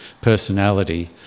personality